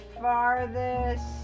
farthest